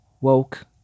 woke